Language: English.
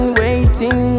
waiting